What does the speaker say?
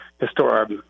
historic